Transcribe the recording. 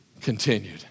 continued